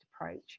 approach